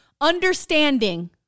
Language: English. understanding